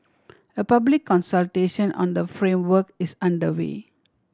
a public consultation on the framework is underway